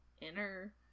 inner